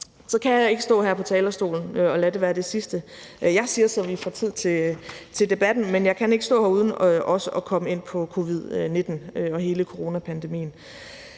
Så kan jeg ikke stå her på talerstolen og lade det være det sidste, jeg siger, så vi får tid til debatten, uden også at komme ind på covid-19 og hele coronapandemien.